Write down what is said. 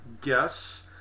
guess